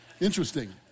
interesting